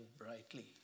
brightly